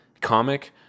comic